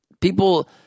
People